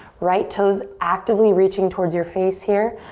right toes actively reaching towards your face here.